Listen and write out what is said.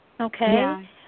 Okay